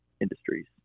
industries